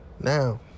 now